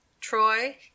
troy